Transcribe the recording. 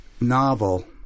novel